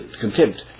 contempt